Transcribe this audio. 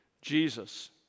Jesus